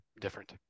different